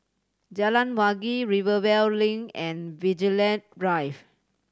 Jalan Wangi Rivervale Link and Vigilante Drive